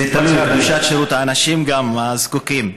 על שירות האנשים הזקוקים.